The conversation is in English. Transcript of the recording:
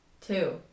Two